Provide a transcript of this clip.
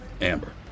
Amber